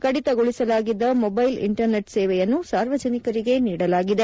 ಕಡಿತಗೊಳಿಸಲಾಗಿದ್ದ mobile internet ಸೇವೆಯನ್ನು ಸಾರ್ವಜನಿಕರಿಗೆ ನೀಡಲಾಗಿದೆ